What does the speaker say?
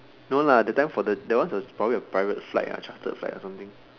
no lah that time for the that one was probably a private flight ah chartered flight or something